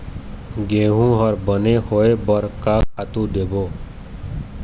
गेहूं हर बने होय बर का खातू देबो?